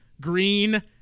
green